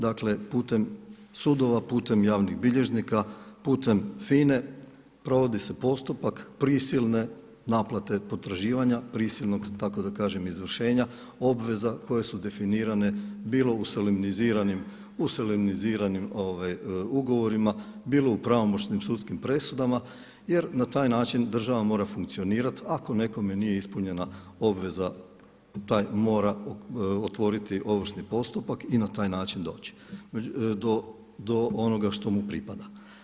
Dakle, putem sudova, putem javnih bilježnika, putem FINA-e provodi se postupak prisilne naplate potraživanja, prisilnog tako da kažem izvršenja obveza koje su definirane bilo u solemniziranim ugovorima, bilo u pravomoćnim sudskim presudama jer na taj način država mora funkcionirati ako nekome nije ispunjena obveza taj mora otvoriti ovršni postupak i na taj način doći do onoga što mu pripada.